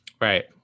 right